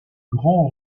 grand